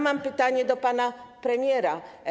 Mam pytanie do pana premiera.